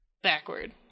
Backward